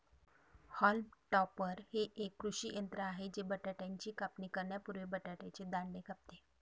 haulm topper हे एक कृषी यंत्र आहे जे बटाट्याची कापणी करण्यापूर्वी बटाट्याचे दांडे कापते